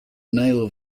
nail